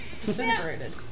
disintegrated